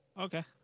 Okay